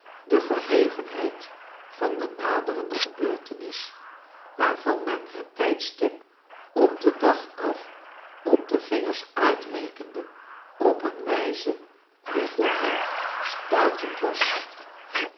de verhevenheid van de naderende gebeurtenis waarvan men het tijdstip op den dag af op de vingers uitrekende op een wijze die voor hem stuitend was